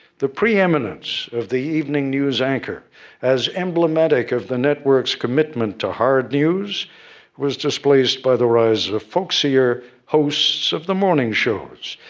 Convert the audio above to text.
the preeminence of the evening news anchor as emblematic of the network's commitment to hard news was displaced by the rise of folksier hosts of the morning shows,